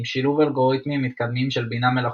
עם שילוב אלגוריתמים מתקדמים של בינה מלאכותית,